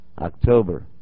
October